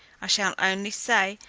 i shall only say,